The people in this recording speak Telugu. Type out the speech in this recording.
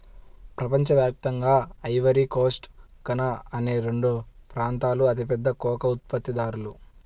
ప్రపంచ వ్యాప్తంగా ఐవరీ కోస్ట్, ఘనా అనే రెండు ప్రాంతాలూ అతిపెద్ద కోకో ఉత్పత్తిదారులు